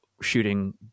shooting